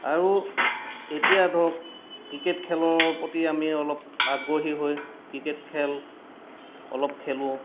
আৰু এতিয়া ধৰক ক্ৰিকেট খেলৰ প্ৰতি আমি অলপ আগ্ৰহী হৈ ক্ৰিকেট খেল অলপ খেলোঁ